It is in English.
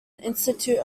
institute